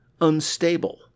unstable